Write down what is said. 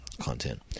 Content